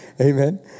Amen